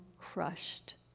crushed